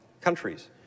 countries